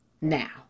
Now